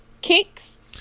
kicks